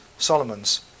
Solomon's